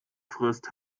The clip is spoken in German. frisst